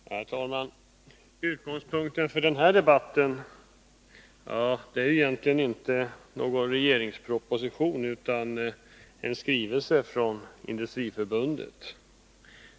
Herr talman! Utgångspunkten för den här debatten är egentligen inte någon regeringsproposition utan en skrivelse från Industriförbundet.